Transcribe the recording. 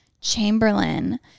Chamberlain